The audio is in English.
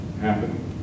happening